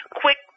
quick